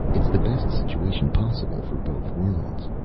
it's the best situation possible for both worlds.